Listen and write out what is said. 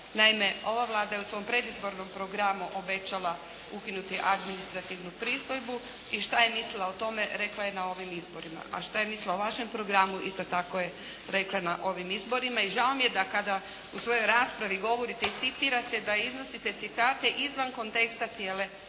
Naime, ova Vlada je u svom predizbornom programu obećala ukinuti administrativnu pristojbu i šta je mislila o tome rekla je na ovim izborima, a šta je mislila o vašem programu isto tako je rekla na ovim izborima. I žao mi je da kada u svojoj raspravi govorite i citirate da iznosite citate izvan konteksta cijele